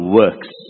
works